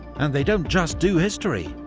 and they don't just do history!